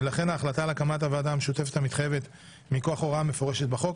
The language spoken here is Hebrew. ולכן ההחלטה על הקמת הוועדה המשותפת המתחייבת מכוח הוראה מפורשת בחוק,